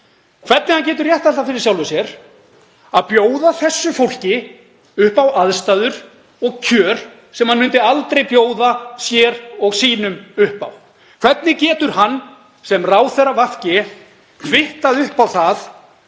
hvernig hann getur réttlætt það fyrir sjálfum sér að bjóða þessu fólki upp á aðstæður og kjör sem hann myndi aldrei bjóða sér og sínum upp á. Hvernig getur hann sem ráðherra VG kvittað upp á það